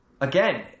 Again